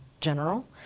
general